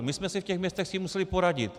My jsme si v těch městech s tím museli poradit.